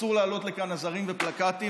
אסור להעלות לכאן עזרים ופלקטים,